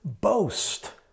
boast